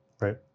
Right